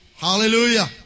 Hallelujah